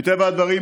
מטבע הדברים,